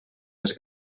les